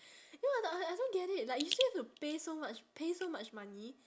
you know I I don't get it like you still have to pay so much pay so much money